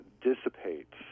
dissipates